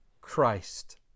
Christ